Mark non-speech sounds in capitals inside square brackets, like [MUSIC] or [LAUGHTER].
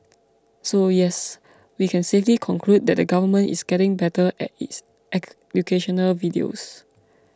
so yes we can safely conclude that the government is getting better at its [UNINTELLIGIBLE] educational videos